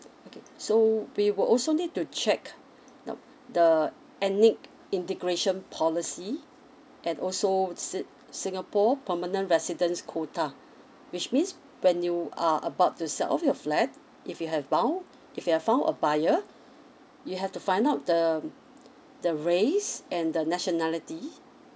okay so we will also need to check now the ethnic integration policy and also sit~ singapore permanent residents quota which means when you are about to sell off your flat if you have bou~ if you have found a buyer you have to find out the um the race and the nationality